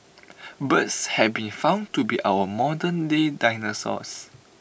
birds have been found to be our modernday dinosaurs